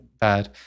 bad